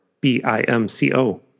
B-I-M-C-O